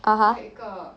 (uh huh)